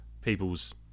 people's